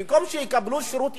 במקום שיקבלו שירות איכותי.